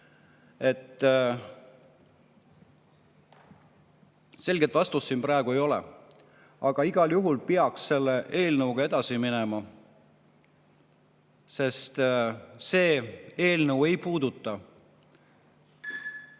et selget vastust ei ole. Aga igal juhul peaks selle eelnõuga edasi minema, sest see eelnõu ei puuduta